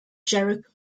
jericho